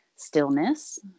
stillness